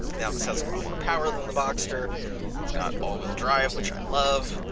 now this has a lot more power than the boxster it's got all wheel drive which i love,